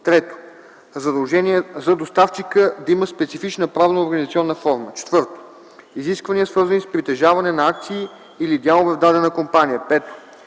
3. задължение за доставчика да има специфична правно-организационна форма; 4. изисквания, свързани с притежаване на акции или дялове в дадена компания; 5.